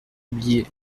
oublié